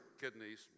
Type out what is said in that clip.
kidneys